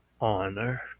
honor